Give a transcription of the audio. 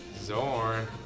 Zorn